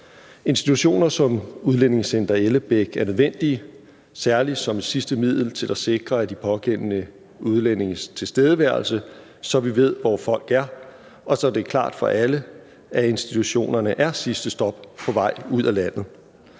Institutioner som Udlændingecenter Ellebæk er nødvendige særlig som sidste middel til at sikre de pågældende udlændinges tilstedeværelse, så vi ved, hvor folk er, og så det er klart for alle, at institutionerne er sidste stop på vej ud af landet.